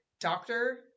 Doctor